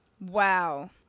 Wow